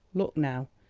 look now,